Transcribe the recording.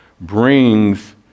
brings